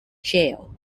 jail